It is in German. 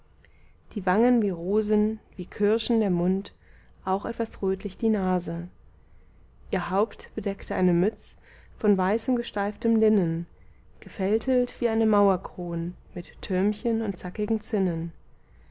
die wangen wie rosen wie kirschen der mund auch etwas rötlich die nase ihr haupt bedeckte eine mütz von weißem gesteiftem linnen gefältelt wie eine mauerkron mit türmchen und zackigen zinnen